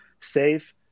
safe